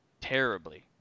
terribly